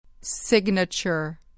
Signature